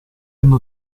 hanno